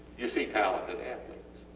you see talented athletes,